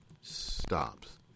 stops